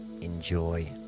enjoy